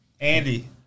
Andy